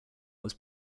was